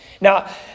Now